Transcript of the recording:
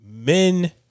men